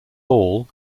hall